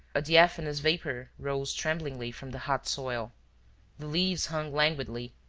a diaphanous vapor rose tremblingly from the hot soil the leaves hung languidly,